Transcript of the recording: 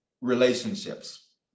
Relationships